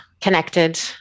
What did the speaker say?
connected